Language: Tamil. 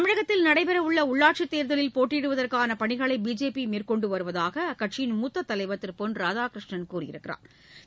தமிழகத்தில் நடைபெறவுள்ள உள்ளாட்சித் தேர்தலில் போட்டியிடுவதற்கான பணிகளை பிஜேபி மேற்கொண்டு வருவதாக அக்கட்சியின் மூத்த தலைவா் திரு பொன் ராதாகிருஷ்ணன் கூறியுள்ளாா்